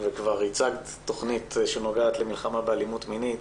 וכבר הצגת תכנית שנוגעת למלחמה באלימות מינית,